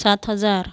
सात हजार